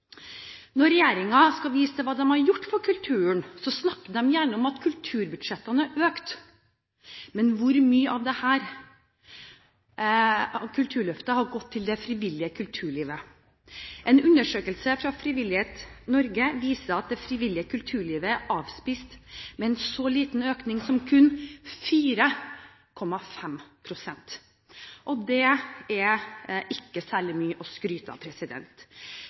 Når regjeringen skal vise til hva de har gjort for kulturen, snakker de gjerne om at kulturbudsjettene har økt. Men hvor mye av Kulturløftet har gått til det frivillige kulturlivet? En undersøkelse fra Frivillighet Norge viser at det frivillige kulturlivet er avspist med en så liten økning som kun 4,5 pst. Det er ikke særlig mye å skryte av.